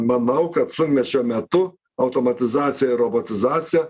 manau kad sunkmečio metu automatizacija ir robotizacija